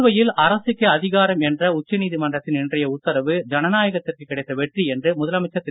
புதுவையில் அரசுக்கே அதிகாரம் என்ற உச்சநீதிமன்றத்தின் இன்றைய உத்தரவு ஜனநாயகத்திற்கு கிடைத்த வெற்றி என்று முதலமைச்சர் திரு